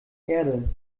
erde